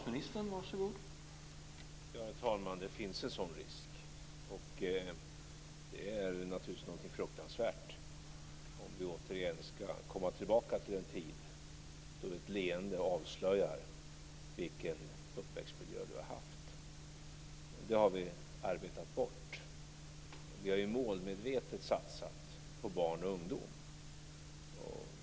Herr talman! Det finns en sådan risk, och det vore naturligtvis fruktansvärt om vi skulle komma tillbaka till den tid då ett leende avslöjade vilken uppväxtmiljö man hade haft. Detta är något som vi har arbetat bort. Vi har målmedvetet satsat på barn och ungdom.